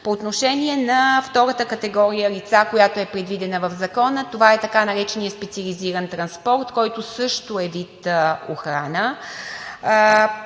По отношение на втората категория лица, която е предвидена в Закона, това е така нареченият специализиран транспорт, който също е вид охрана.